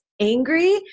angry